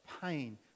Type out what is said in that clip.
pain